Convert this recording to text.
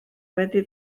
wedi